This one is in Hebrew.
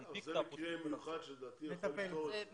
להנפיק את האפוסטיל --- זה מקרה מיוחד שלדעתי אפשר לפתור את זה,